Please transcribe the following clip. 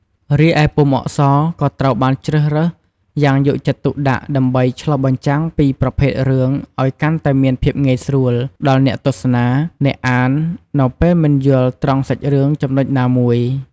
រីឯពុម្ពអក្សរ ក៏ត្រូវបានជ្រើសរើសយ៉ាងយកចិត្តទុកដាក់ដើម្បី ឆ្លុះបញ្ចាំងពីប្រភេទរឿងអោយកាន់តែមានភាពងាយស្រួលដល់អ្នកទស្សនា អ្នកអាននៅពេលមិនយល់ត្រង់សាច់រឿងចំណុចណាមួយ ។